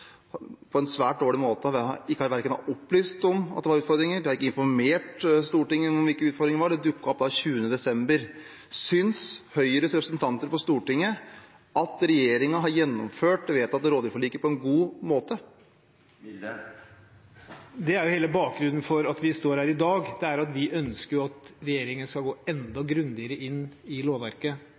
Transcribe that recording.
på en svært dårlig måte – ikke har opplyst om at det var utfordringer, de har ikke informert Stortinget om hvilke utfordringer som var. Det dukket opp 20. desember 2016. Synes Høyres representanter på Stortinget at regjeringen har gjennomført det vedtatte rovdyrforliket på en god måte? Det er jo hele bakgrunnen for at vi står her i dag. Vi ønsker at regjeringen skal gå enda grundigere inn i lovverket,